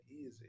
easy